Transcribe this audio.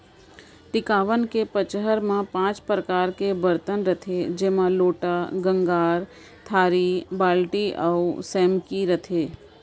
टिकावन के पंचहड़ म पॉंच परकार के बरतन रथे जेमा लोटा, गंगार, थारी, बाल्टी अउ सैकमी रथे